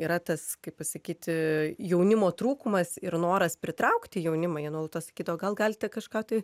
yra tas kaip pasakyti jaunimo trūkumas ir noras pritraukti jaunimą jie nuolatos sakydavo gal galite kažką tai